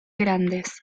grandes